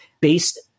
based